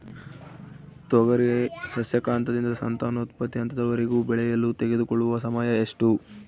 ತೊಗರಿ ಸಸ್ಯಕ ಹಂತದಿಂದ ಸಂತಾನೋತ್ಪತ್ತಿ ಹಂತದವರೆಗೆ ಬೆಳೆಯಲು ತೆಗೆದುಕೊಳ್ಳುವ ಸಮಯ ಎಷ್ಟು?